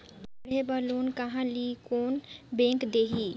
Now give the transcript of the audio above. पढ़े बर लोन कहा ली? कोन बैंक देही?